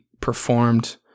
performed